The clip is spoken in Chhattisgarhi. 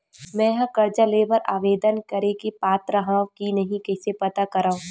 मेंहा कर्जा ले बर आवेदन करे के पात्र हव की नहीं कइसे पता करव?